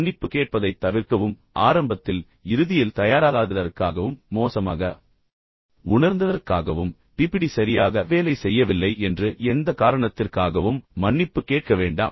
மன்னிப்பு கேட்பதைத் தவிர்க்கவும் ஆரம்பத்தில் இறுதியில் தயாராகாததற்காகவும் மோசமாக உணர்ந்ததற்காகவும் உங்கள் பிபிடி சரியாக வேலை செய்யவில்லை என்று எந்த காரணத்திற்காகவும் மன்னிப்பு கேட்க வேண்டாம்